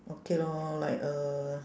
okay lor like uh